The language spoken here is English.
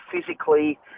physically